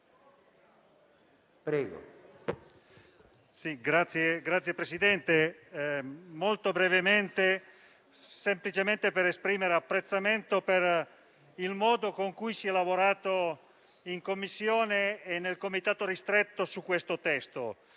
Signor Presidente, intervengo semplicemente per esprimere apprezzamento per il modo in cui si è lavorato in Commissione e nel comitato ristretto su questo testo.